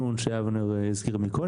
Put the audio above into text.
--- לאן כביש 65 הולך?